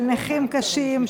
של נכים קשים,